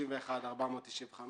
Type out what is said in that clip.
31,495